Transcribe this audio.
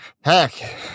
heck